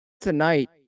Tonight